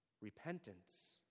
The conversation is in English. Repentance